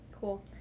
Cool